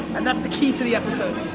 and that's the key to the episode.